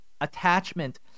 attachment